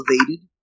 elevated